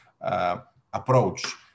approach